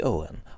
Owen